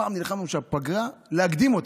הפעם נלחמנו להקדים אותה.